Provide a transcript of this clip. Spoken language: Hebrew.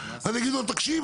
והם יגידו לו תקשיב,